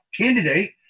candidate